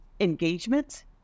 engagement